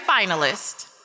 finalist